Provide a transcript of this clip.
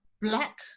Black